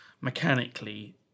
mechanically